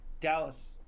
Dallas